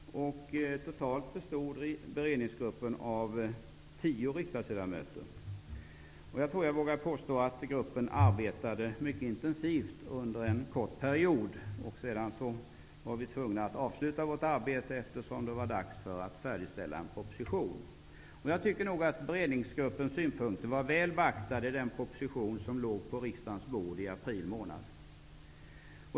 Beredningsgruppen bestod av totalt tio riksdagsledamöter. Jag tror att jag vågar påstå att gruppen arbetade mycket intensivt under en kort period. Sedan var gruppen tvungen att avsluta sitt arbete, eftersom det var dags att färdigställa en proposition. Jag tycker nog att beredningsgruppens synpunkter var väl beaktade i den proposition som låg på riksdagens bord i april.